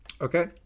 Okay